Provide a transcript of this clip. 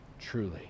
truly